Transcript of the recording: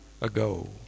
ago